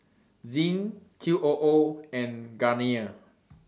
Zinc Qoo and Garnier